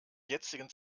jetzigen